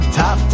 top